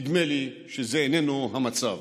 נדמה לי שזה איננו המצב.